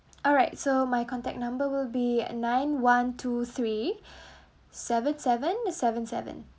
alright so my contact number will be nine one two three seven seven seven seven